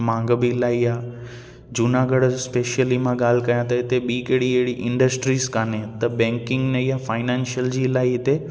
मांग बि इलाही आहे जूनागढ़ स्पेशली मां ॻाल्हि कयां त हिते ॿी कहिड़ी अहिड़ी इंडस्ट्रीज़ कान्हे त बैंकिंग में इहा फाइनेंशियल जी इलाही हिते